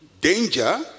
Danger